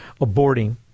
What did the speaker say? aborting